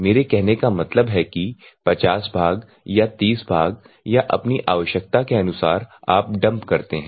मेरा कहने का मतलब है कि 50 भाग या 30 भाग या अपनी आवश्यकता के अनुसार आप डंप करते हैं